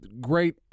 Great